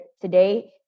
today